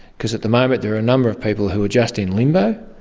because at the moment there a number of people who are just in limbo.